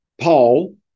Paul